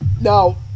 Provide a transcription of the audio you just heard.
Now